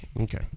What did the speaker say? Okay